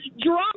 drop